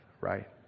right